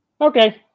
Okay